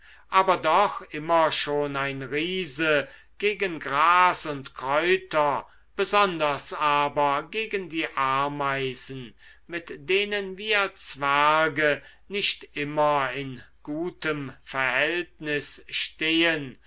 aber doch immer schon ein riese gegen gras und kräuter besonders aber gegen die ameisen mit denen wir zwerge nicht immer in gutem verhältnis stehen